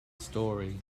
story